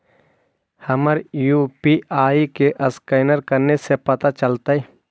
हमर यु.पी.आई के असकैनर कने से पता चलतै?